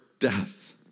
death